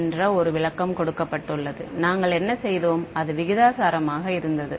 என ஒரு விளக்கம் கொடுக்கப்பட்டுள்ளது நாங்கள் என்ன செய்தோம் அது விகிதாசாரமாக இருந்தது